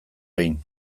behin